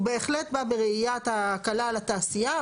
והוא בהחלט בא בראיית ההקלה לתעשייה.